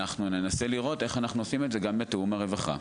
אנחנו ננסה לראות איך אנחנו עושים את זה גם בתיאום עם הרווחה.